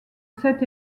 sept